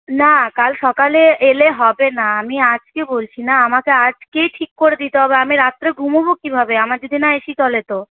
না কাল সকালে এলে হবে না আমি আজকে বলছি না আমকে আজকেই ঠিক করে দিতে হবে আমি রাত্রে ঘুমোব কিভাবে আমার যদি না এসি চলে তো